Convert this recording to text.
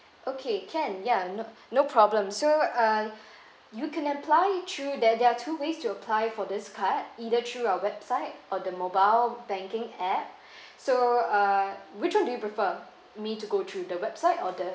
okay can ya no no problems so uh you can apply through there there are two ways to apply for this card either through our website or the mobile banking app so uh which one do you prefer me to go through the website or the